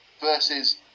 versus